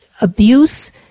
abuse